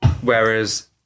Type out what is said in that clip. whereas